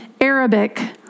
Arabic